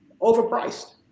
overpriced